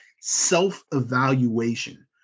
self-evaluation